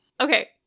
Okay